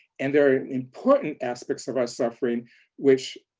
and there are important aspects of us suffering which